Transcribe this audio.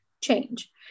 change